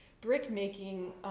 brick-making